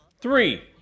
Three